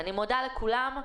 אני מודה לכולם.